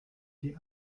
die